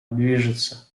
движется